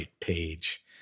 page